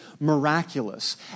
miraculous